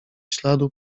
śladu